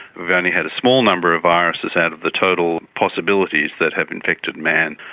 we've only had a small number of viruses out of the total possibilities that have infected man.